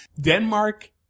Denmark